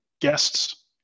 guests